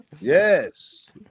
Yes